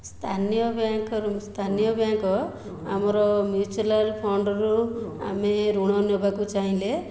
ସ୍ଥାନୀୟ ବ୍ୟାଙ୍କ୍ରୁ ସ୍ଥାନୀୟ ବ୍ୟାଙ୍କ୍ ଆମର ମ୍ୟୁଚୁଆଲ ଫଣ୍ଡ୍ରୁ ଆମେ ଋଣ ନେବାକୁ ଚାହିଁଲେ